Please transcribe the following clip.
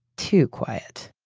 too quiet